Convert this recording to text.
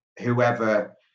whoever